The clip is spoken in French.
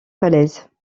falaises